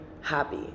happy